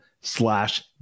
slash